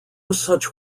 such